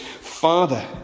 Father